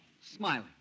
Smiling